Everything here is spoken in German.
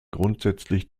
grundsätzlich